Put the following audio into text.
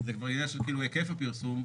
זה כבר עניין של היקף הפרסום.